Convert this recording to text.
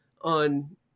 on